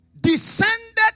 Descended